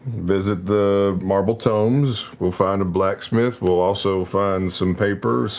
visit the marble tomes, we'll find a blacksmith, we'll also find some paper, so